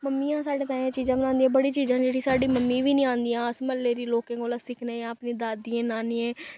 मम्मियां साड्डे ताईं एह् चीजां बनादियां बड़ी चीजां जेह्ड़ी साड्डी मम्मी बी नेईं औंदियां अस म्ह्ल्ले दी लोकें कोला सिक्खने जां अपनी दादियें नानियें